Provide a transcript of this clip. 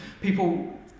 people